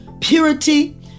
purity